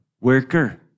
worker